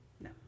No